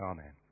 Amen